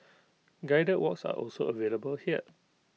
guided walks are also available here